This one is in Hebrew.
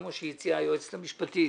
כמו שהציעה היועצת המשפטית,